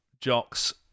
jocks